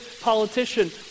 politician